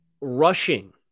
rushing